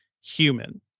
human